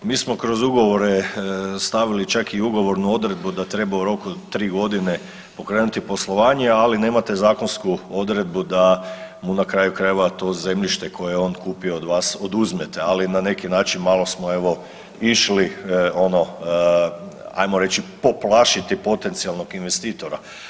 Mi smo kroz ugovore stavili čak i ugovornu odredbu da treba u roku od tri godine pokrenuti poslovanje, ali nemate zakonsku odredbu da mu na kraju krajeva to zemljište koje je on kupio od vas oduzmete, ali na neki način malo smo evo išli ono ajmo reći poplašiti potencijalnog investitora.